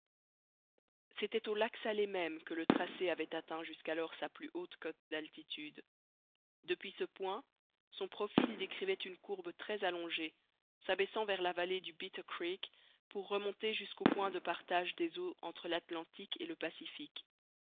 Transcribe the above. c'était au lac salé même que le tracé avait atteint jusqu'alors sa plus haute cote d'altitude depuis ce point son profil décrivait une courbe très allongée s'abaissant vers la vallée du bitter creek pour remonter jusqu'au point de partage des eaux entre l'atlantique et le pacifique